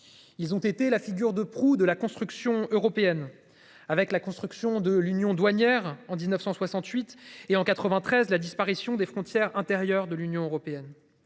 Ils ont été la figure de proue de la construction européenne avec la construction de l'union douanière en 1968 et en 93, la disparition des frontières intérieures de l'Union européenne.